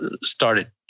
started